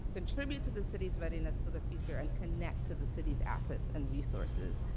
contribute to the city's readiness for the future, and connect to the city's assets and resources.